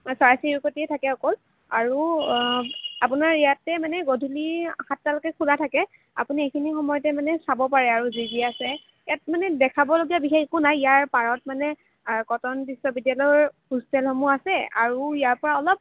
চৰাই চিৰিকতিয়ে থাকে অকল আৰু আপোনাৰ ইয়াতে মানে গধূলি সাতটালৈকে খোলা থাকে আপুনি এইখিনি সময়তে মানে চাব পাৰে আৰু যি যি আছে ইয়াত মানে দেখাবলগীয়া বিশেষ একো নাই ইয়াৰ পাৰত মানে কটন বিশ্ববিদ্যালয়ৰ হোষ্টেলসমূহ আছে আৰু ইয়াৰ পৰা অলপ